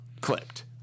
clipped